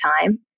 time